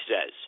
says